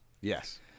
Yes